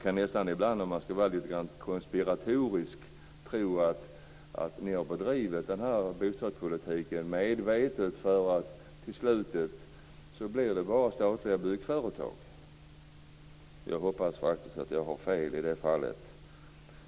Jag skulle ibland lite grann konspiratoriskt kunna tro att ni har bedrivit den här bostadspolitiken medvetet för att det på slutet bara skall finnas statliga byggföretag kvar. Jag hoppas faktiskt att jag har fel i det avseendet.